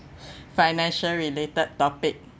financial related topic